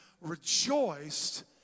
rejoiced